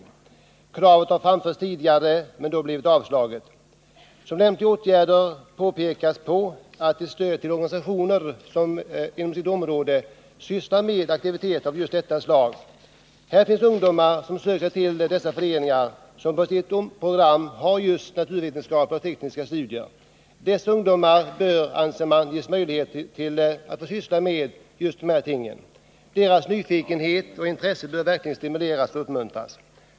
Kravet har framförts tidigare, men då blev det avslag. Som exempel på lämpliga åtgärder nämns stöd till organisationer som inom sitt område sysslar med aktiviteter av just detta slag. Det finns ungdomar som söker sig till föreningar som på sitt program har just naturvetenskap och tekniska studier. Dessa ungdomar bör, anser man, beredas möjlighet att få syssla med just de här sakerna. Deras nyfikenhet och intresse bör verkligen stimuleras.